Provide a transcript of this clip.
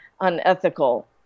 unethical